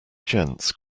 gents